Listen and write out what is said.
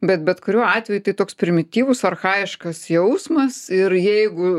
bet bet kuriuo atveju tai toks primityvus archajiškas jausmas ir jeigu